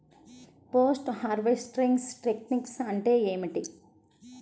Post harvesting technique అంటే ఏమిటీ?